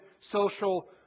social